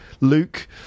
luke